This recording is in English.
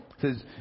says